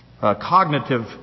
cognitive